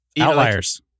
Outliers